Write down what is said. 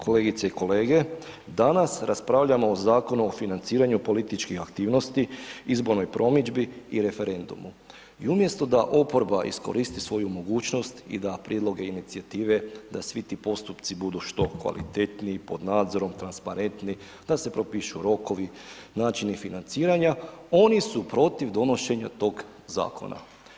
Kolegice i kolege, danas raspravljamo o Zakonu o financiranju političkih aktivnosti, izbornoj promidžbi i referendumu i umjesto da oporba iskoristi svoju mogućnost i da prijedloge inicijative da svi ti postupci budu što kvalitetniji, pod nadzorom, transparentni, da se propišu rokovi, načini financiranja, oni su protiv donošenja tog zakona.